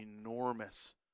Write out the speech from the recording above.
enormous